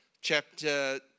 chapter